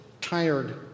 tired